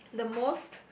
the most